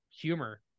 humor